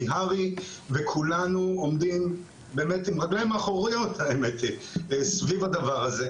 כולנו עומדים עם רגליים אחוריות סביב הדבר הזה,